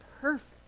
perfect